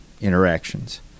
interactions